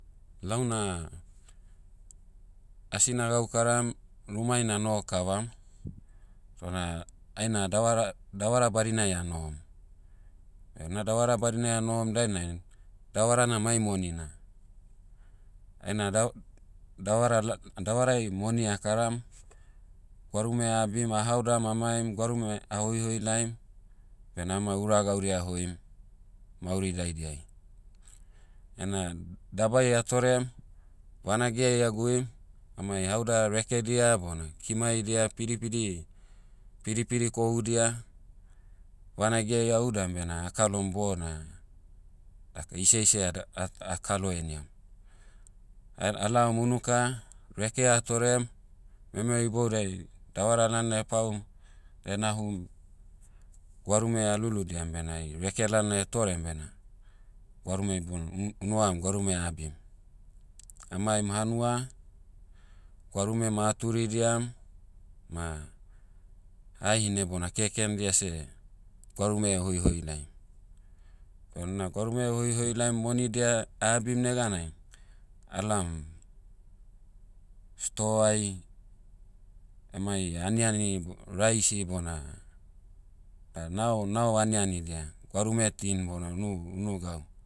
Lau na, asi na'gaukaram, rumai na'noho kavam. So na, aina davara- davara badinai anohom. Beh una davara badinai anohom dainai, davara na mai monina. Aina da- davara la- davarai moni akaram. Gwarume abim a'haodam a'maim gwarume a'hoihoi laim, bena emai ura gaudia a'hoim, mauri daidiai. Ena dabai atorem, vanagi'ai a'guim, amai haoda rekedia bona kimaidia pidipidi- pidipidi kohudia, vanagi'ai a'udam bena a'kalom bona, dak iseise ad- ah- ah kalo heniam. A- alaom unuka, reke a'torem, memeo iboudai, davara lalnai paum, nahum, gwarume ah luludiam bena ai reke lalnai etorem bena, gwarume ibon- u- unuam gwarume a'abim. Amaim hanua, gwarume ma a'turidiam, ma, hahine bona kekendia seh, gwarume hoihoi laim. Benuna gwarume hoihoi laim monidia ah abim neganai, alaom, stoai, emai aniani bo- raisi bona, da nao- nao anianidia. Gwarume tin bona nu- unu gau.